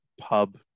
pub